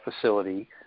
facility